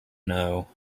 know